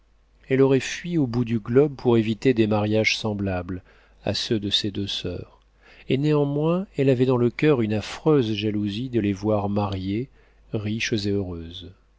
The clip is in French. elle aurait fui au bout du globe pour éviter des mariages semblables à ceux de ses deux soeurs et néanmoins elle avait dans le coeur une affreuse jalousie de les voir mariées riches et heureuses